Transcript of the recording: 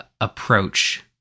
approach